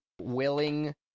willing